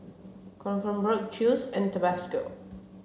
Kronenbourg Chew's and Tabasco